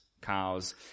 cows